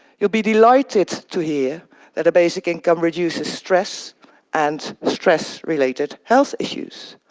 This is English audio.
you'll be delighted to hear that a basic income reduces stress and stress-related health issues.